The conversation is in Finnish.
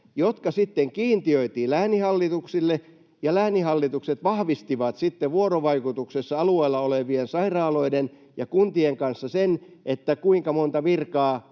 sitten kiintiöitiin lääninhallituksille, ja lääninhallitukset vahvistivat sitten vuorovaikutuksessa alueella olevien sairaaloiden ja kuntien kanssa sen, kuinka monta virkaa